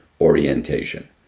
orientation